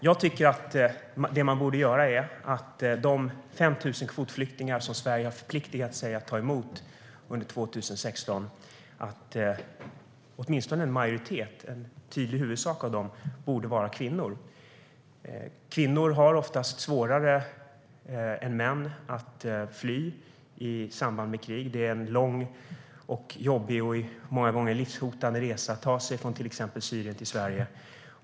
Jag tycker att det man borde göra är att låta kvinnor vara en huvuddel av de 5 000 kvotflyktingar som Sverige har förpliktigat sig till att ta emot under 2016. Kvinnor har oftast svårare än män att fly i samband med krig. Det är en lång, jobbig och många gånger livshotande resa att ta sig från till exempel Syrien till Sverige.